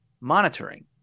monitoring